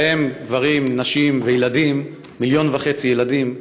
גברים, נשים וילדים, מיליון וחצי ילדים,